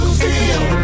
feel